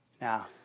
Now